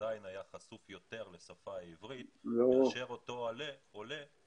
עדיין היה חשוף יותר לשפה העברית מאשר אותו עולה